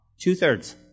Two-thirds